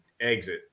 exit